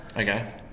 Okay